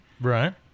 Right